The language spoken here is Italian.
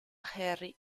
harry